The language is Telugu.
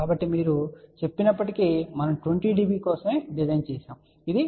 కాబట్టి మీరు చెప్పినప్పటికీ మనము 20 dB కోసం డిజైన్ చేశాము ఇది 20